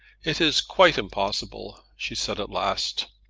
it is quite impossible, she said at last.